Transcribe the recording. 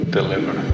Deliver